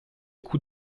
coups